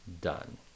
done